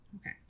Okay